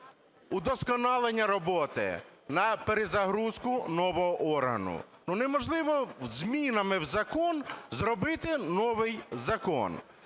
удосконалення роботи на перезагрузку нового органу. Ну, неможливо змінами в закон зробити новий закон.